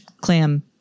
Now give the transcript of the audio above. clam